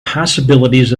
possibilities